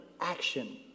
action